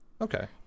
Okay